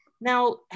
Now